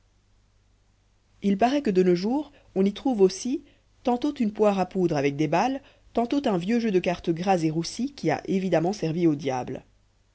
il paraît que de nos jours on y trouve aussi tantôt une poire à poudre avec des balles tantôt un vieux jeu de cartes gras et roussi qui a évidemment servi aux diables